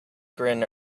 grin